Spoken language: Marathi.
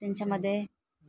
त्यांच्यामध्ये